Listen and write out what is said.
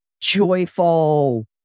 joyful